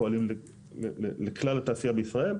פועלים לכלל התעשייה בישראל.